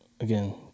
again